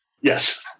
Yes